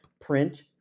print